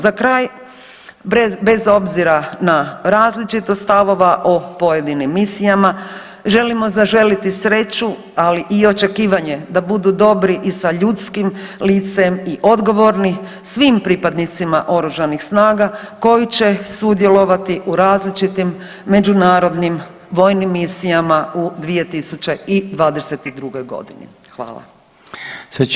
Za kraj, bez obzira na različitost stavova o pojedinim misijama želimo zaželiti sreću, ali i očekivanje da budu dobri i sa ljudskim licem i odgovorni svim pripadnicima oružanih snaga koji će sudjelovati u različitim međunarodnim vojnim misijama u 2022.g. Hvala.